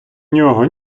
нього